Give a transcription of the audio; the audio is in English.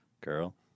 Girl